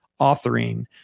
authoring